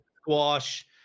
squash